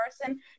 person